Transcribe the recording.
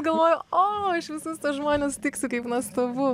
galvoju o aš visus tuos žmones sutiksiu kaip nuostabu